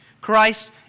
Christ